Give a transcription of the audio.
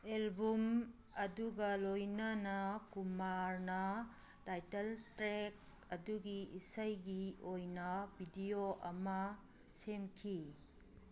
album ꯑꯗꯨꯒ ꯂꯣꯏꯅꯅ ꯀꯨꯃꯥꯔꯅ ꯇꯥꯏꯇꯜ ꯇ꯭ꯔꯦꯛ ꯑꯗꯨꯒꯤ ꯏꯁꯩꯒꯤ ꯑꯣꯏꯅ ꯕꯤꯗꯤꯑꯣ ꯑꯃ ꯁꯦꯝꯈꯤ